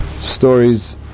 stories